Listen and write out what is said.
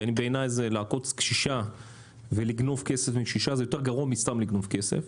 כי בעיניי לעקוץ קשישה ולגנוב כסף מקשישה זה יותר גרוע מסתם לגנוב כסף.